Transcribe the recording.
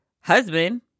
husband